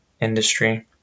industry